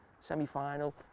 semi-final